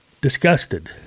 Disgusted